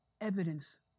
evidence